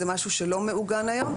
זה משהו שלא מעוגן היום.